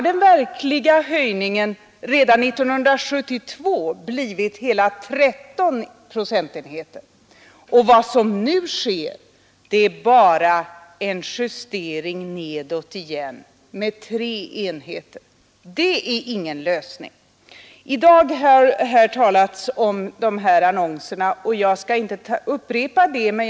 Den verkliga höjningen hade redan 1972 blivit hela 13 procentenheter. Vad som nu sker är bara en justering nedåt med 3 enheter. Det är ingen lösning. Det har i dag talats mycket om socialdemokraternas annonser, och jag skall inte upprepa vad som då har sagts.